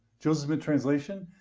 joseph smith translation,